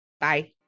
Bye